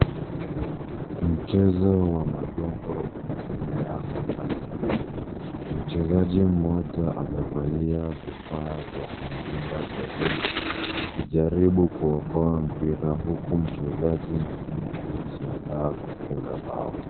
Mchezo wa magongo unaendelea kwa kasi. Mchezaji moja amevalia vifaa vya kumlinda golini. Akijaribu kuokoa mpira huku mchezaji mwingine akijiandaa kufunga bao.